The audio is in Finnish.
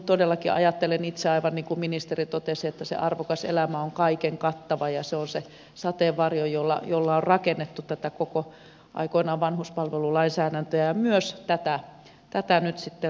todellakin ajattelen itse aivan niin kuin ministeri totesi että se arvokas elämä on kaiken kattava ja se on se sateenvarjo jolla on rakennettu aikoinaan koko vanhuspalvelulainsäädäntöä ja myös tätä nyt sitä